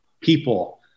people